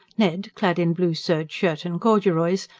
ned, clad in blue serge shirt and corduroys,